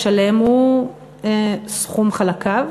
השלם הוא סכום חלקיו?